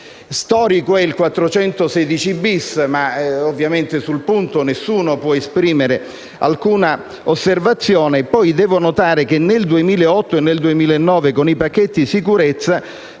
Storico è l'articolo 416*-bis*, ma ovviamente sul punto nessuno può esprimere alcuna osservazione. Devo poi notare che nel 2008 e nel 2009, con i pacchetti sicurezza,